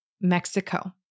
Mexico